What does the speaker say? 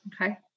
Okay